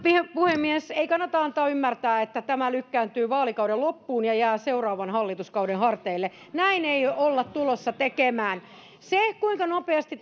puhemies ei kannata antaa ymmärtää että tämä lykkääntyy vaalikauden loppuun ja jää seuraavan hallituskauden harteille näin ei olla tulossa tekemään se kuinka nopeasti